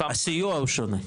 הסיוע הוא שונה.